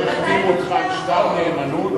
לא החתימו אותך על שטר נאמנות?